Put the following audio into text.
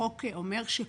והחוק אומר שכל